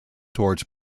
toward